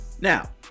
Now